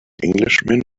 englishman